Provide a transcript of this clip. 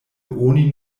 oni